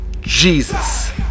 Jesus